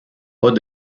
pas